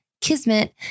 Kismet